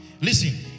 Listen